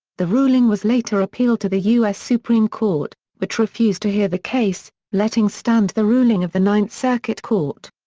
the ruling was later appealed to the u s. supreme court, which refused to hear the case, letting stand the ruling of the ninth circuit court.